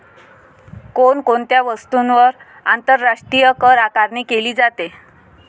कोण कोणत्या वस्तूंवर आंतरराष्ट्रीय करआकारणी केली जाते?